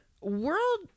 world